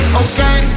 okay